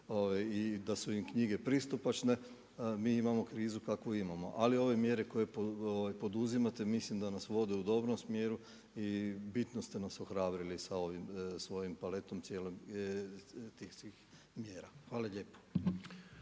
i da su im knjige pristupačne, mi imamo krizu kakvu imamo. Ali ove mjere koje poduzimate mislim da nas vode u dobrom smjeru i bitno ste nas ohrabrili sa ovom svojom paletom svih tih mjera. Hvala lijepo.